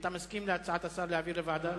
אתה מסכים להצעת השר להעביר לוועדה?